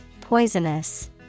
poisonous